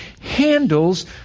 handles